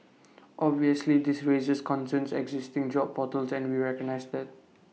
obviously this raises concerns existing job portals and we recognise that